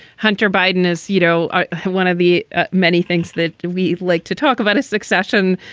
hunter biden as you know one of the many things that we'd like to talk about is succession.